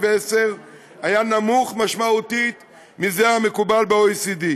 היה נמוך משמעותית מזה המקובל ב-OECD,